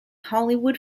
hollywood